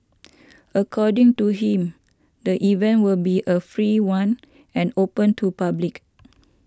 according to him the event will be a free one and open to public